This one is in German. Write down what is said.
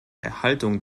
erhaltung